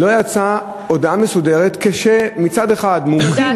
לא יצאה הודעה מסודרת, ומצד אחד מומחים